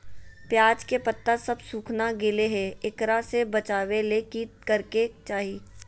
प्याज के पत्ता सब सुखना गेलै हैं, एकरा से बचाबे ले की करेके चाही?